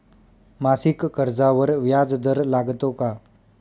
मासिक कर्जावर व्याज दर लागतो का?